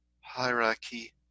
Hierarchy